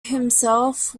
himself